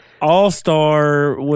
All-Star